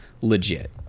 legit